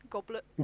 Goblet